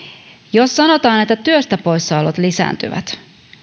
jos sanotaan että työstä poissaolot lisääntyvät